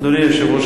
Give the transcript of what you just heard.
אדוני היושב-ראש,